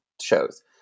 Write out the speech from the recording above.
shows